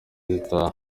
zitaha